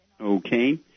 Okay